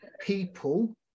people